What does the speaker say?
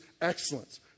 excellence